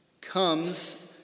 comes